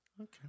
Okay